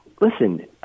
Listen